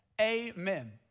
amen